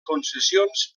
concessions